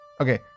Okay